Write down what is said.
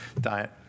diet